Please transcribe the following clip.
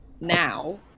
now